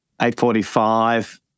8.45